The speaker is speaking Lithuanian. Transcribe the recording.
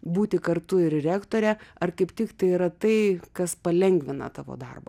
būti kartu ir rektore ar kaip tik tai yra tai kas palengvina tavo darbą